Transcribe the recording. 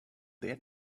their